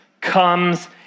comes